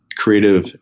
creative